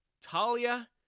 Talia